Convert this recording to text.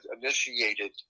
initiated